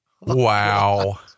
Wow